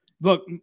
Look